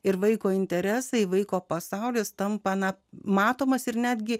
ir vaiko interesai vaiko pasaulis tampa na matomas ir netgi